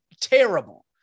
terrible